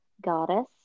goddess